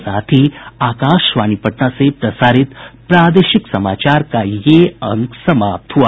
इसके साथ ही आकाशवाणी पटना से प्रसारित प्रादेशिक समाचार का ये अंक समाप्त हुआ